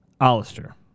Alistair